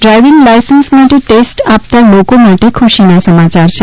driving licence માટે test આપતા લોકો માટે ખૂશીના સમાચાર છે